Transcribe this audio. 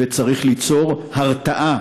וצריך ליצור הרתעה,